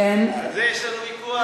על זה יש לנו ויכוח.